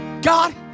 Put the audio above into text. God